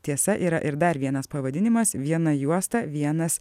tiesa yra ir dar vienas pavadinimas viena juosta vienas